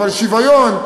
אבל שוויון,